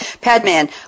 Padman